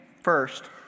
first